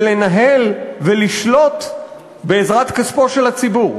ולנהל ולשלוט בעזרת כספו של הציבור.